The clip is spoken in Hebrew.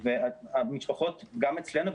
המשפחות גם אצלנו,